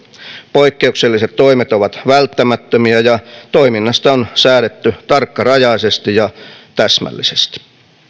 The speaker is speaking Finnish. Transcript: poikkeukselliset toimet ovat välttämättömiä ja toiminnasta on säädetty tarkkarajaisesti ja täsmällisesti